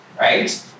right